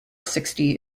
sixty